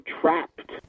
trapped